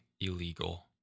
illegal